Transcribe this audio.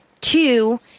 two